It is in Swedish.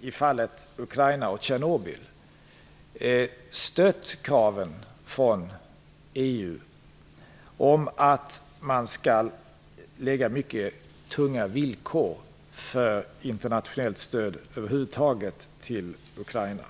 I fallet Ukraina och Tjernobyl har vi exempelvis stött kraven från EU om att man skall lägga mycket tunga villkor för internationellt stöd över huvud taget till Ukraina.